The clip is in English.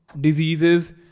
diseases